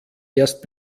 erst